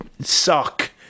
suck